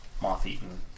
moth-eaten